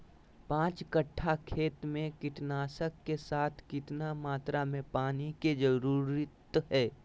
पांच कट्ठा खेत में कीटनाशक के साथ कितना मात्रा में पानी के जरूरत है?